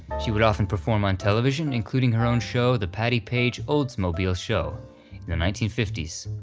she would often perform on television, including her own show, the patti page oldsmobile show, in the nineteen fifty s,